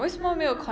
ya